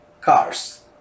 cars